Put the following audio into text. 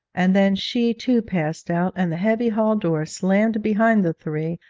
and then she too passed out, and the heavy hall door slammed behind the three,